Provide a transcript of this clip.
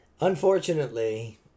Unfortunately